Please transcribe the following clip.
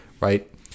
right